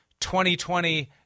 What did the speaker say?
2020